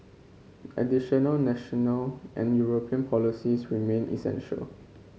additional national and European policies remain essential